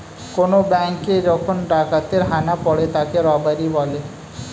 কোন ব্যাঙ্কে যখন ডাকাতের হানা পড়ে তাকে রবারি বলে